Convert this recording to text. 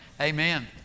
amen